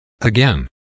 Again